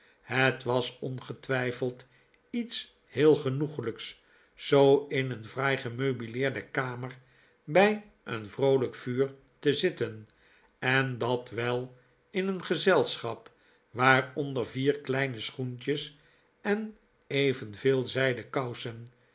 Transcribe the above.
het was ongetwijfeld iets heel genoeglijks zoo in een fraai gemeubileerde kamer bij een vroolijk vuur te zitten en dat wel in een gezelschap waaronder vier kleine schoentjes en evenveel zijden kousen